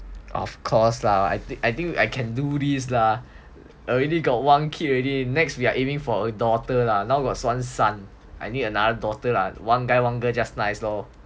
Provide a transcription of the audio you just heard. of course lah I I think I can do these lah already got one kid already next we're aiming for a daughter lah now was one son I need another daughter lah one guy one girl just nice lor